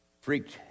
freaked